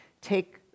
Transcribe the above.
take